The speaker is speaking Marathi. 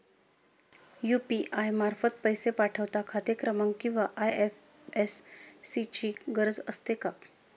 यु.पी.आय मार्फत पैसे पाठवता खाते क्रमांक किंवा आय.एफ.एस.सी ची गरज असते का?